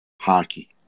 hockey